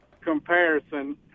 comparison